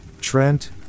Trent